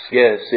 yes